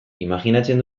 imajinatzen